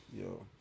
Yo